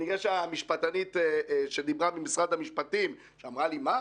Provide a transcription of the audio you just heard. אני יודע שהמשפטנית ממשרד המשפטים שדיברה ואמרה לי: מה,